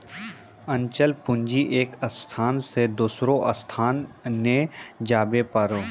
अचल पूंजी एक स्थान से दोसरो स्थान नै जाबै पारै